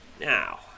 Now